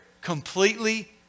completely